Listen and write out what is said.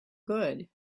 good